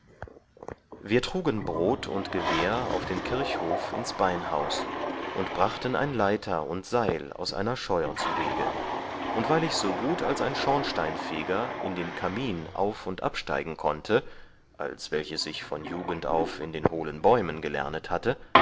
wir trugen brod und gewehr auf den kirchhof ins beinhaus und brachten ein laiter und sail aus einer scheur zuwege und weil ich so gut als ein schornsteinfeger in den kamin auf und absteigen konnte als welches ich von jugend auf in den hohlen bäumen gelernet hatte